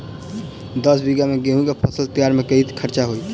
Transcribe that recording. दस बीघा मे गेंहूँ केँ फसल तैयार मे कतेक खर्चा हेतइ?